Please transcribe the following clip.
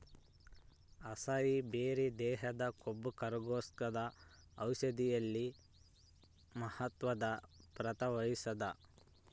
acai berry ದೇಹದ ಕೊಬ್ಬುಕರಗ್ಸೋ ಔಷಧಿಯಲ್ಲಿ ಮಹತ್ವದ ಪಾತ್ರ ವಹಿಸ್ತಾದ